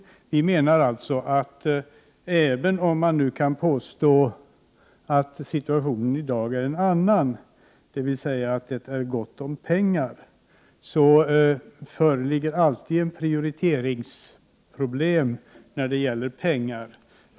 Vi menar att även om man nu kan påstå att situationen i dag är en annan, dvs. att det är gott om pengar, föreligger alltid ett prioriteringsproblem.